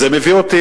זה מביא אותי